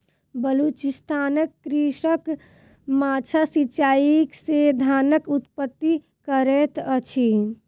बलुचिस्तानक कृषक माद्दा सिचाई से धानक उत्पत्ति करैत अछि